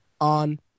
on